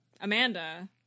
amanda